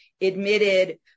admitted